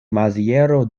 maziero